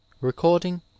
recording